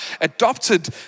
adopted